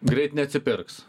greit neatsipirks